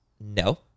No